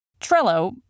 Trello